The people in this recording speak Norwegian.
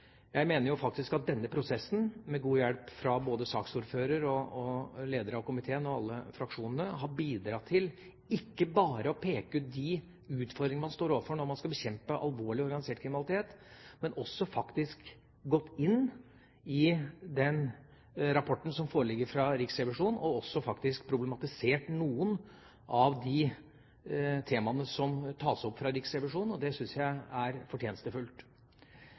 Jeg mener faktisk at denne prosessen, med god hjelp både fra saksordføreren, lederen av komiteen og alle fraksjonene, har bidratt til ikke bare å peke ut de utfordringene man står overfor når man skal bekjempe alvorlig, organisert kriminalitet, men man har også gått inn i den rapporten som foreligger fra Riksrevisjonen, og faktisk også problematisert noen av de temaene som tas opp av Riksrevisjonen. Det syns jeg er fortjenestefullt.